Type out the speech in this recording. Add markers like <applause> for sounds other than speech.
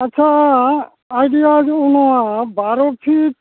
ᱟᱪᱪᱷᱟ <unintelligible> ᱚᱱᱟ ᱵᱟᱨᱳ ᱯᱷᱤᱴ